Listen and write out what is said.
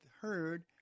heard